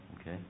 Okay